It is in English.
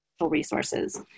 resources